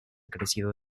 crecido